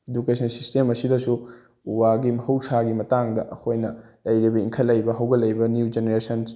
education system ꯑꯁꯤꯗꯁꯨ ꯎ ꯋꯥꯒꯤ ꯃꯍꯧꯁꯥꯒꯤ ꯃꯇꯥꯡꯗ ꯑꯩꯈꯣꯏꯅ ꯂꯩꯔꯤꯕ ꯏꯟꯈꯠꯂꯛꯏꯕ ꯍꯧꯒꯠꯂꯛꯏꯕ ꯅ꯭ꯌꯨ ꯖꯦꯅꯔꯦꯁꯟ